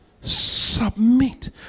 submit